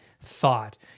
thought